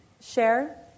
share